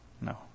No